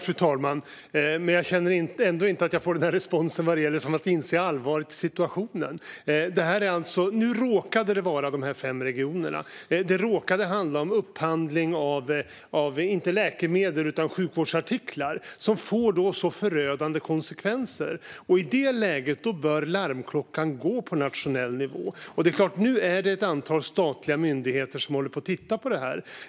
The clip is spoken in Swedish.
Fru talman! Jag känner ändå inte att jag har fått en respons vad gäller allvaret i situationen. Nu råkade det vara fråga om dessa fem regioner, och det råkade handla om upphandling av sjukvårdsartiklar - inte läkemedel - som har fått så förödande konsekvenser. I det läget bör larmklockan ljuda på nationell nivå. Nu är det antal statliga myndigheter som håller på att titta på frågan.